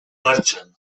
martxan